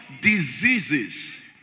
diseases